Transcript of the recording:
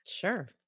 Sure